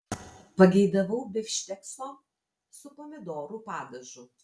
pageidavau bifštekso su pomidorų padažu